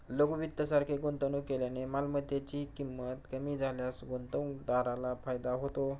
लघु वित्त सारखे गुंतवणूक केल्याने मालमत्तेची ची किंमत कमी झाल्यास गुंतवणूकदाराला फायदा होतो